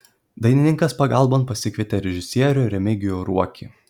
dainininkas pagalbon pasikvietė režisierių remigijų ruokį